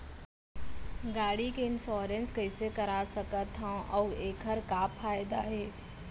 गाड़ी के इन्श्योरेन्स कइसे करा सकत हवं अऊ एखर का फायदा हे?